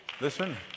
Listen